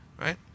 right